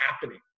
happening